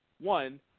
one